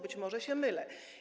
Być może się mylę.